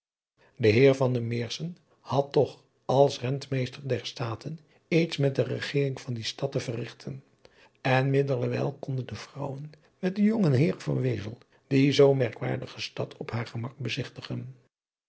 e eer had toch als entmeester der taten iets met de regering van die stad te verrigten en middelerwijl konden de vrouwen met de jonge eeren die zoo merkwaardige stad op haar gemak bezigtigen